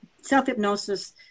self-hypnosis